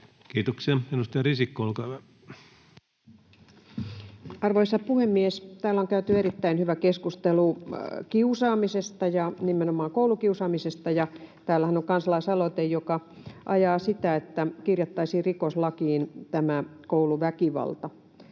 rikoslakiin Time: 21:30 Content: Arvoisa puhemies! Täällä on käyty erittäin hyvä keskustelu kiusaamisesta ja nimenomaan koulukiusaamisesta. Täällähän on kansalaisaloite, joka ajaa sitä, että kirjattaisiin rikoslakiin tämä kouluväkivalta.